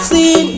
See